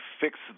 fix